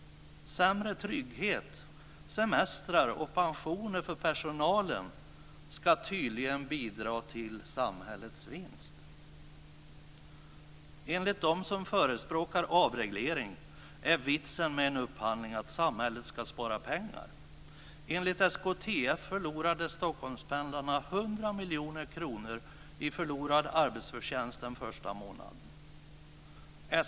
Sämre trygghet, semestrar och pensioner för personalen ska tydligen bidra till samhällets vinst. Enligt dem som förespråkar avreglering är vitsen med en upphandling att samhället ska spara pengar. 100 miljoner kronor i förlorad arbetsförtjänst den första månaden.